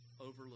overlook